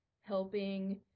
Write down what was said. helping